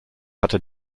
hatte